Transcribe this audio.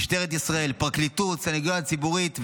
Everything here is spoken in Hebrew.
משטרת ישראל, פרקליטות, סנגוריה ציבורית ועוד,